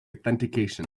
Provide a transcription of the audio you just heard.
authentication